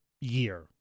year